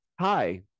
hi